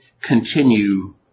continue